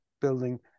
building